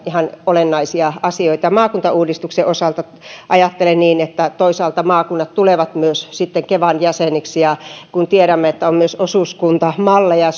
ihan olennaisia asioita maakuntauudistuksen osalta ajattelen niin että toisaalta maakunnat tulevat myös sitten kevan jäseniksi ja kun tiedämme että on myös osuuskuntamalleja